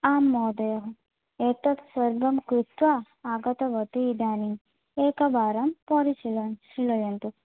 आं महोदय एतत् सर्वं कृत्वा आगतवती इदानीम् एकवारं परिशील शीलयन्तु